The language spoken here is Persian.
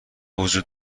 وجود